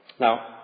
Now